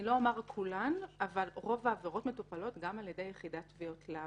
מטופלות רובן גם על ידי יחידת תביעות להב.